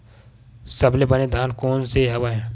सबले बने धान कोन से हवय?